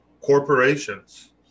corporations